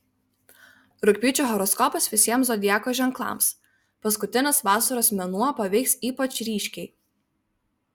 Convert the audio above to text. rugpjūčio horoskopas visiems zodiako ženklams paskutinis vasaros mėnuo paveiks ypač ryškiai